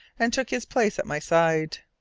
and took his place at my side.